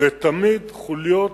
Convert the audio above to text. ותמיד חוליות,